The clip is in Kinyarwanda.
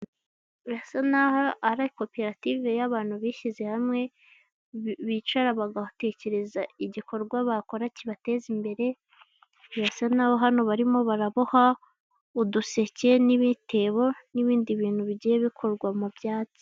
Birasa n'aho ari koperative y'abantu bishyize hamwe bicara bagatekereza igikorwa bakora kibateza imbere, birasa n'aho hano barimo baraboha: uduseke, ibitebo n'ibindi bintu bigiye bikorwa mu byatsi.